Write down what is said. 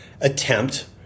attempt